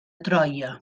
troia